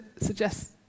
suggest